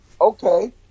Okay